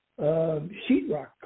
sheetrock